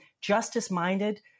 justice-minded